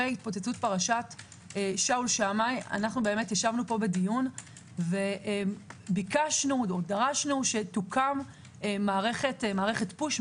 אחרי התפוצצות שאול שמאי ישבנו פה בדיון וביקשנו שתוקם מערכת פוש,